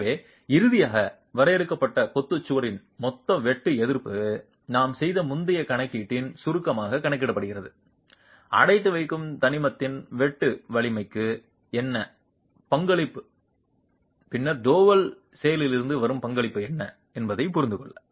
எனவே இறுதியாக வரையறுக்கப்பட்ட கொத்து சுவரின் மொத்த வெட்டு எதிர்ப்பு நாம் செய்த முந்தைய கணக்கீட்டின் சுருக்கமாக கணக்கிடப்படுகிறது அடைத்து வைக்கும் தனிமத்தின் வெட்டு வலிமைக்கு என்ன பங்களிப்பு பின்னர் டோவல் செயலிலிருந்து வரும் பங்களிப்பு என்ன என்பதைப் புரிந்து கொள்ள